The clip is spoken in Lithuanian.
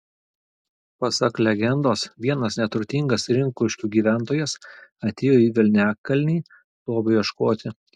pasak legendos vienas neturtingas rinkuškių gyventojas atėjo į velniakalnį lobio ieškoti